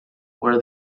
where